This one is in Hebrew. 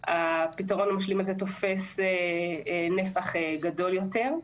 הפתרון המשלים הזה תופס נפח גדול יותר,